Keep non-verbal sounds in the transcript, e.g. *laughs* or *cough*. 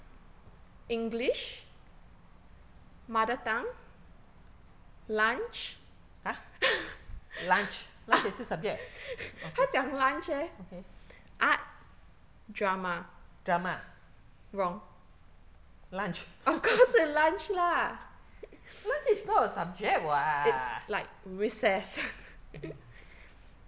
!huh! lunch lunch 也是 subject ah okay okay drama lunch *laughs* lunch is not a subject what